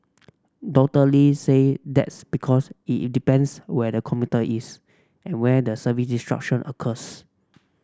Doctor Lee say that's because it it depends where the commuter is and where the service disruption occurs